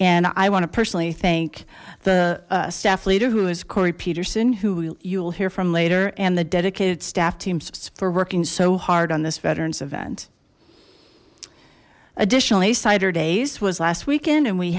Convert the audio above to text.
and i want to personally thank the staff leader who is cory peterson who you will hear from later and the dedicated staff teams for working so hard on this veterans event additionally saturday's was last weekend and we